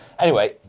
anyway.